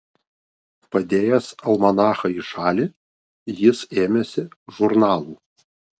padėjęs almanachą į šalį jis ėmėsi žurnalų